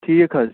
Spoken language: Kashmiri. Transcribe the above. ٹھیٖک حظ